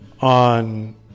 on